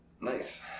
Nice